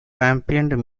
ambient